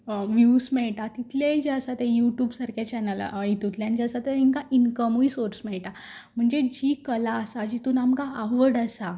views मेयटा तितलेय जे आसा ते युट्यूब सारकेल्या चॅनला हितूंतल्यान जे आसा ते तेंका इनकमूय सोर्स मेयटा म्हणजे जी कला आसा जितून आमकां आवड आसा